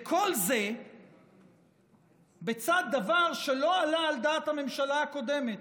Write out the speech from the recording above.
וכל זה בצד דבר שלא עלה על דעת הממשלה הקודמת: